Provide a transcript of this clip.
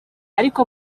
ariko